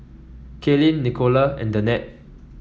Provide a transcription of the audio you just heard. Kaylynn Nicola and Danette